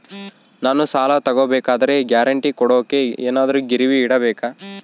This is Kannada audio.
ನಾನು ಸಾಲ ತಗೋಬೇಕಾದರೆ ಗ್ಯಾರಂಟಿ ಕೊಡೋಕೆ ಏನಾದ್ರೂ ಗಿರಿವಿ ಇಡಬೇಕಾ?